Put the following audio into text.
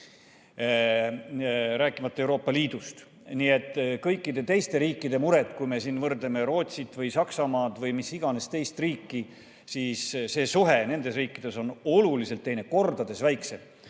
rääkimata Euroopa Liidust. Nii et kõikide teiste riikide mure, kui me võrdleme Rootsit või Saksamaad või mis iganes teist riiki endaga, siis see suhe nendes riikides on oluliselt, kordades väiksem